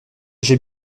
j’ai